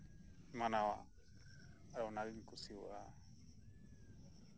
ᱢᱟᱱᱟᱣᱟ ᱟᱨ ᱚᱱᱟᱜᱤᱧ ᱠᱩᱥᱤᱣᱟᱜᱼᱟ